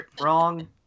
wrong